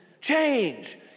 change